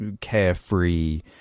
carefree